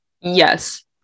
Yes